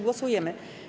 Głosujemy.